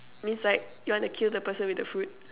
means like you wanna kill the person with the food